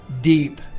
Deep